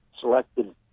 selected